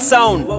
Sound